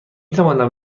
توانم